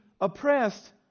oppressed